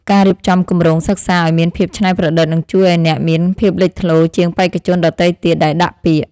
ការរៀបចំគម្រោងសិក្សាឱ្យមានភាពច្នៃប្រឌិតនឹងជួយឱ្យអ្នកមានភាពលេចធ្លោជាងបេក្ខជនដទៃទៀតដែលដាក់ពាក្យ។